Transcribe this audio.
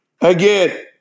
again